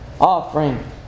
offering